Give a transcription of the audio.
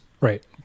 Right